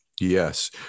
Yes